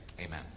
Amen